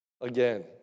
again